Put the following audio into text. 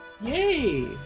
Yay